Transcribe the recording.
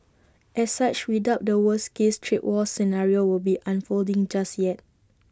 as such we doubt the worst case trade war scenario will be unfolding just yet